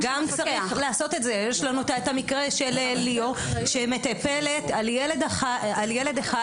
יש לנו את המקרה של מטפלת בילד אחד.